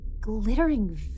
glittering